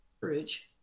Courage